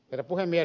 herra puhemies